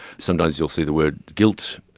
sometimes you'll see the words guilt,